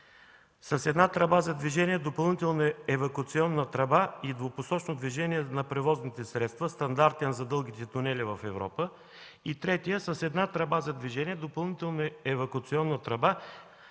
с една тръба за движение, допълнителна евакуационна тръба и двупосочно движение на превозните средства – стандартен за дългите тунели в Европа; и третият – с една тръба за движение, допълнителна евакуационна тръба